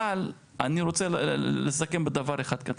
אבל, אני רוצה לסכם בדבר אחד קטן,